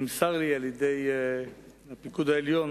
נמסר לי מהפיקוד העליון